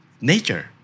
Nature